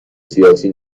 سیاسی